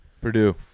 Purdue